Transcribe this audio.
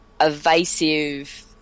evasive